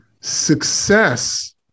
success